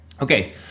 Okay